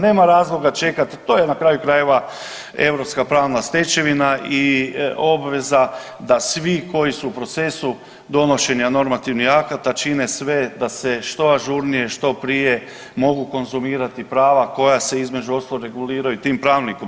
Nema razloga čekati, to je na kraju krajeva europska pravna stečevina i obveza da svi koji su u procesu donošenja normativnih akata čine sve da se što ažurnije, što prije mogu konzumirati prava koja se između ostalog reguliraju tim pravilnikom.